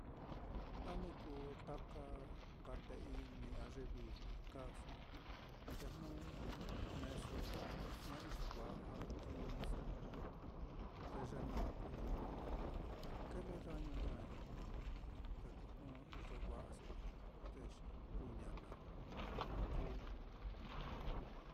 Na nka kuu taka té i'ni á, a ye vijli kaaso, te jnu meeso ña iyo va'a iniso, te ye naá kuu ye lo kile dañu ña'ai, te ko jnu iyo va'aso, xi kú ñana kuu.